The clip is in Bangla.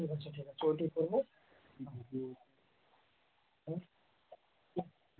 ঠিক আছে ঠিক আছে ওইটেই করবো